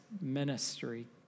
ministry